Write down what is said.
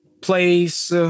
place